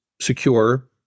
secure